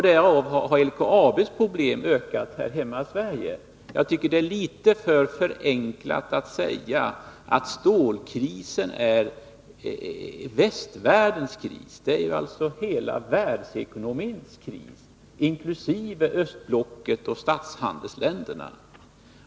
Därigenom har LKAB:s problem ökat här hemma i Sverige. Jag tycker att det är litet för förenklat att säga att stålkrisen är västvärldens kris. Det är en kris för hela världsekonomin, inkl. östblocket och statshandelsländerna.